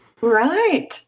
Right